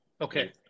Okay